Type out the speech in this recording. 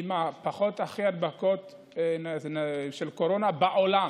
עם הכי פחות הדבקות של קורונה בעולם,